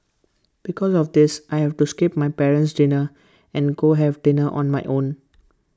because of this I have to skip my parent's dinner and go have dinner on my own